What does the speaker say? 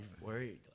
Worried